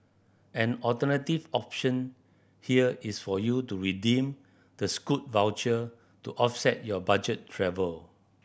an alternative option here is for you to redeem the Scoot voucher to offset your budget travel